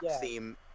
theme